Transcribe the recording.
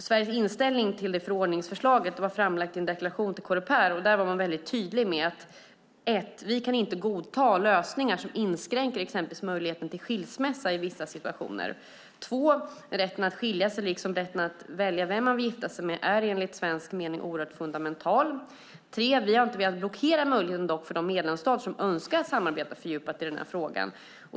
Sveriges inställning till förordningsförslaget lades fram i en deklaration till Coreper. Där var vi väldigt tydliga med: 1. Vi kan inte godta lösningar som inskränker exempelvis möjligheten till skilsmässa i vissa situationer. 2. Rätten att skilja sig liksom rätten att välja vem man vill gifta sig med är enligt svensk mening oerhört fundamental. 3. Vi har dock inte velat blockera möjligheten för de medlemsstater som önskar samarbeta fördjupat i den här frågan.